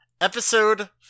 Episode